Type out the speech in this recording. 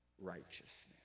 righteousness